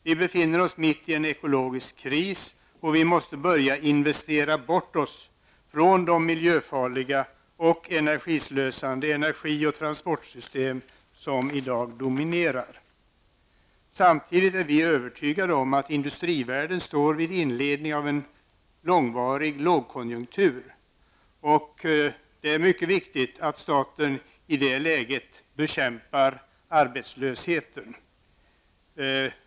Vi befinner oss mitt i en ekologisk kris, och vi måste börja investera oss bort från de miljöfarliga och energislösande energi och transportsystem som i dag dominerar. Samtidigt är vi övertygade om att industrivärlden står vid inledningen till en långvarig lågkonjunktur och att det är mycket viktigt att staten i det läget bekämpar arbetslösheten.